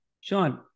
Sean